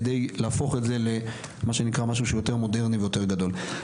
כדי להפוך את זה למה שנקרא משהו שהוא יותר מורדני ויותר גדול.